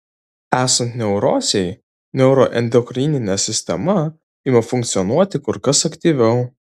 esant neurozei neuroendokrininė sistema ima funkcionuoti kur kas aktyviau